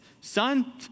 Son